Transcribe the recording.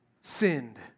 sinned